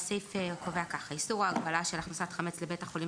והסעיף קובע כך: איסור או הגבלה של הכנסת חמץ לבית חולים